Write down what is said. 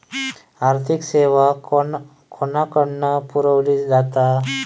आर्थिक सेवा कोणाकडन पुरविली जाता?